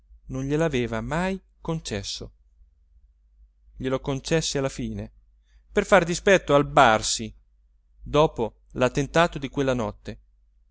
non gliel'aveva mai concesso glielo concesse alla fine per far dispetto al barsi dopo l'attentato di quella notte